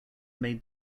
may